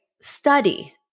study